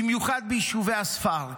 במיוחד ביישובי הספר.